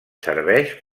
serveix